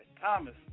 Thomas